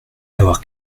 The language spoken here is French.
avoir